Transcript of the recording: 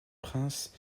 prince